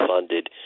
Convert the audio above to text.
funded